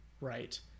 right